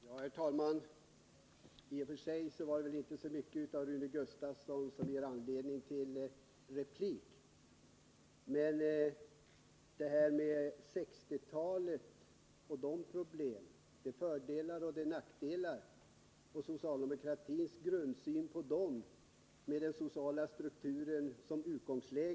Herr talman! I och för sig var det väl inte så mycket i Rune Gustavssons anförande som gav anledning till replik. Men Rune Gustavsson nämnde 1960-talet och problemen då, fördelarna och nackdelarna, och socialdemokratins grundsyn med den sociala strukturen som utgångspunkt.